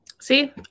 See